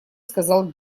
сказал